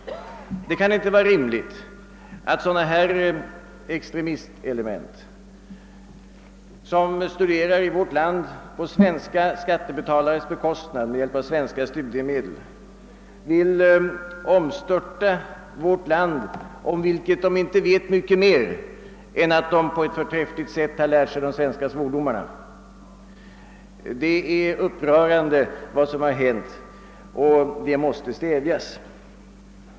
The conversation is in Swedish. Det kan inte vara rimligt att sådana extremistelement, som studerar i vårt land på svenska skattebetalares bekostnad med hjälp av statliga studiemedel, skall få verka för att omstörta vårt land, om vilket de inte vet mycket mer än att de har lärt sig de svenska svordomarna. Vad som hänt här i Stockholm är upprörande. Sådana tendenser måste stävjas.